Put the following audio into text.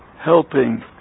helping